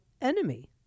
enemy